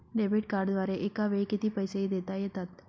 Debit कार्डद्वारे एकावेळी किती पैसे देता येतात?